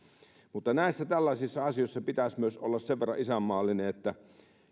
näissä tällaisissa asioissa pitäisi myös olla sen verran isänmaallinen että